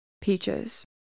Peaches